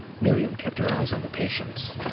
miriam kept her eyes on the patient.